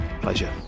pleasure